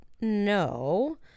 no